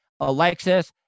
Alexis